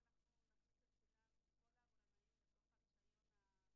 אנחנו שמענו על הטענה הזאת אתמול או שלשום על ידי ההסתדרות.